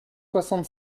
soixante